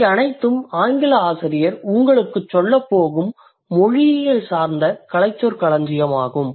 இவை அனைத்தும் ஆங்கில ஆசிரியர் உங்களுக்குச் சொல்லப்போகும் மொழியியல் சார்ந்த கலைச்சொற்கள் ஆகும்